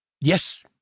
Yes